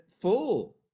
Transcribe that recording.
full